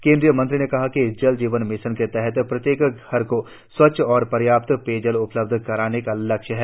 केंद्रीय मंत्री ने कहा कि जल जीवन मिशन के तहत प्रत्येक घर को स्वच्छ और पर्याप्त पेयजल उपलब्ध कराने का लक्ष्य है